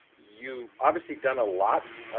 you obviously done a lot, ah,